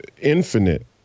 infinite